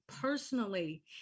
personally